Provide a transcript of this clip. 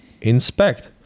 inspect